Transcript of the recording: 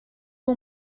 اون